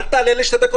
אל תעלה לשתי דקות.